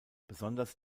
besonders